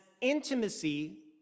intimacy